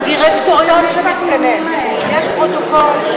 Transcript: דירקטוריון שמתכנס, יש פרוטוקול?